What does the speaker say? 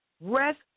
Rest